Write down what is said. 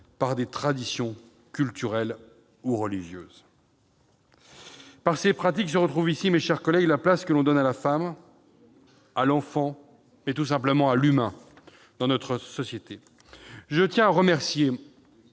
par des traditions culturelles ou religieuses. Ces pratiques illustrent, mes chers collègues, la place que l'on donne à la femme, à l'enfant et tout simplement à l'humain dans la société. Je tiens à remercier